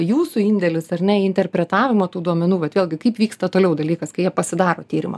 jūsų indėlis ar ne interpretavimo tų duomenų vat vėlgi kaip vyksta toliau dalykas kai jie pasidaro tyrimą